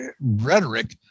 rhetoric